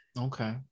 Okay